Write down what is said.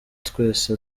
twese